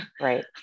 right